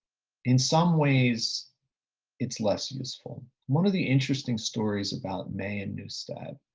in some ways it's less useful. one of the interesting stories about may and neustadt,